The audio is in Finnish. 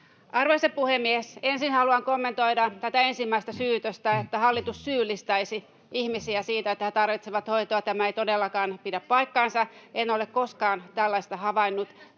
Arvoisa puhemies! Ensin haluan kommentoida tätä ensimmäistä syytöstä, että hallitus syyllistäisi ihmisiä siitä, että he tarvitsevat hoitoa. Tämä ei todellakaan pidä paikkaansa. En ole koskaan tällaista havainnut.